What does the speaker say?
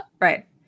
right